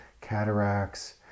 cataracts